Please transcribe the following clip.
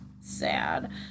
Sad